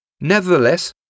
Nevertheless